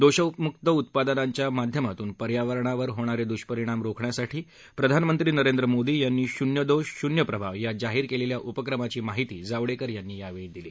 दोषमुक उत्पादनांच्या माध्यमातून पर्यावरणावर होणारे दुष्परीणाम रोखण्यासाठी प्रधानमंत्री नरेंद्र मोदी यांनी शून्य दोष शून्य प्रभाव या जाहीर केलेल्या उपक्रमाची माहितीही जावडेकर यांनी यावेळी दिली